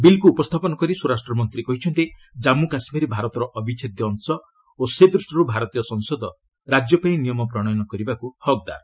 ବିଲ୍କୁ ଉପସ୍ଥାପନ କରି ସ୍ୱରାଷ୍ଟ୍ର ମନ୍ତ୍ରୀ କହିଛନ୍ତି କାମ୍ମୁ କାଶ୍ମୀର ଭାରତର ଅବିଚ୍ଛେଦ୍ୟ ଅଂଶ ଓ ସେ ଦୃଷ୍ଟିରୁ ଭାରତୀୟ ସଂସଦ ରାଜ୍ୟପାଇଁ ନିୟମ ପ୍ରଣୟନ କରିବାକୁ ହକ୍ଦାର୍